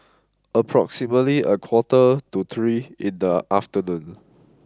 approximately a quarter to three in the afternoon